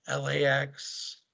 LAX